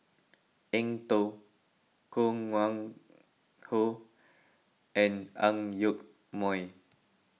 Eng Tow Koh Nguang How and Ang Yoke Mooi